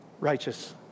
righteous